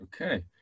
Okay